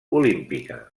olímpica